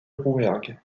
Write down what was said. rouergue